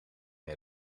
een